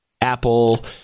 Apple